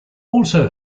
also